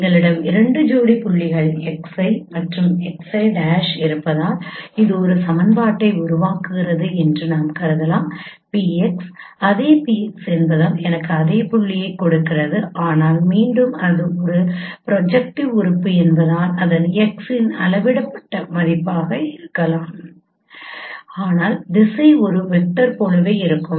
எங்களிடம் இரண்டு ஜோடி புள்ளிகள் xi மற்றும் xi' இருப்பதால் இது ஒரு சமன்பாட்டை உருவாக்குகிறது என்று நாம் கருதலாம் PX அதே PX என்பதால் எனக்கு அதே புள்ளியைக் கொடுக்கிறது ஆனால் மீண்டும் அது ஒரு ப்ரொஜெக்ட்டிவ் உறுப்பு என்பதால் அதன் X இன் அளவிடப்பட்ட பதிப்பாக இருக்கலாம் ஆனால் திசை ஒரு வெக்டர் போலவே இருக்கும்